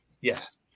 Yes